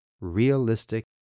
realistic